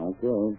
Okay